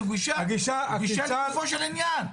זו גישה לגופו של עניין.